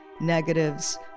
negatives